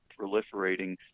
proliferating